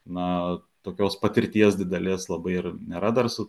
na tokios patirties didelės labai ir nėra dar su